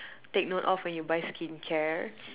take note of when you buy skincare